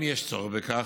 אם יש צורך בכך,